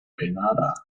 grenada